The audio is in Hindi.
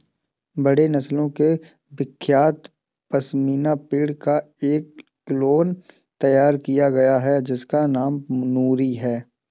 भेड़ नस्लों में विख्यात पश्मीना भेड़ का एक क्लोन तैयार किया गया है जिसका नाम नूरी है